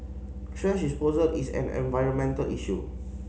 thrash disposal is an environmental issue